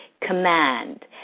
command